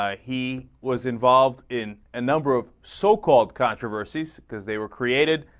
ah he was involved in and number of so-called controversies because they were created